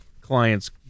client's